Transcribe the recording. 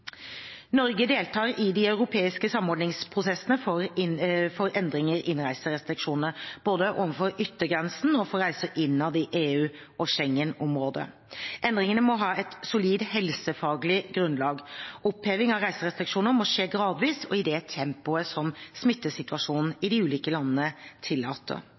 Norge deltar i de europeiske samordningsprosessene for endringer i innreiserestriksjonene, både over yttergrensene og for reiser innad i EU- og Schengen-området. Endringene må ha et solid helsefaglig grunnlag. Oppheving av reiserestriksjoner må skje gradvis og i det tempoet som smittesituasjonen i de ulike landene tillater.